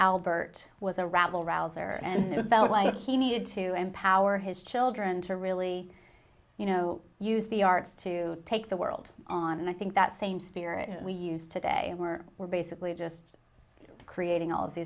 rouser and felt like he needed to empower his children to really you know use the arts to take the world on and i think that same spirit we use today we're we're basically just creating all of the